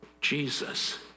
Jesus